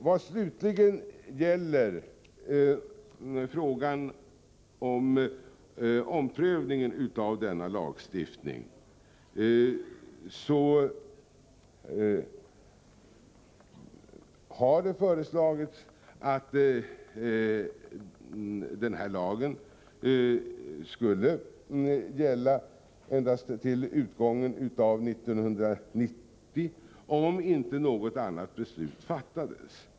Vad slutligen gäller frågan om omprövning av lagstiftningen har föreslagits att lagen skall gälla endast till utgången av 1990, om inte något annat beslut fattas.